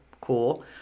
Cool